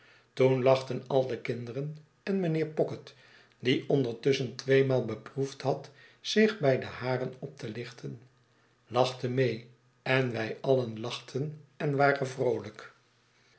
toen lachten al de kinderen en mijnheer pocket die ondertusschen tweemaal beproefd had zich bij de haren op te lichten lachte mee en wij alien lachten en waren vroolijk